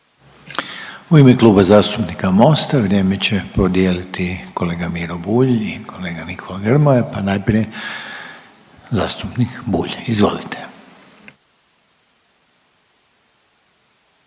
U ime Kluba zastupnika Mosta vrijeme će podijeliti kolega Miro Bulj i kolega Nikola Grmoja, pa najprije zastupnik Bulj. Izvolite.